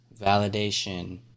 validation